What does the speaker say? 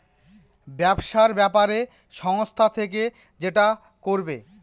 ব্যবসার ব্যাপারে সংস্থা থেকে যেটা করবে